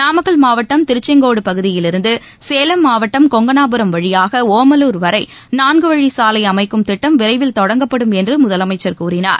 நாமக்கல் மாவட்டம் திருச்சுங்கோடு பகுதியிலிருந்து சேலம் மாவட்டம் கொங்கனாபுரம் வழியாக ஒமலூர் வரை நான்குவழி சாலை அமைக்கும் திட்டம் விரைவில் தொடங்கப்படும் என்று முதலமைச்சர் கூறினார்